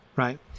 Right